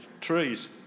trees